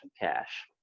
cash